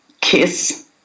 Kiss